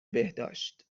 بهداشت